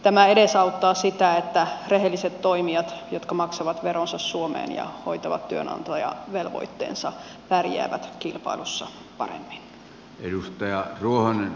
tämä edesauttaa sitä että rehelliset toimijat jotka maksavat veronsa suomeen ja hoitavat työnantajavelvoitteensa pärjäävät kilpailussa paremmin